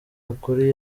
ukuri